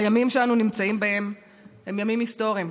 הימים שאנו נמצאים בהם הם ימים היסטוריים,